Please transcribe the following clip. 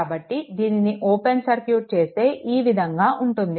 కాబట్టి దీనిని open circuit చేస్తే ఈ విధంగా ఉంటుంది